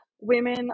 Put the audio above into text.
women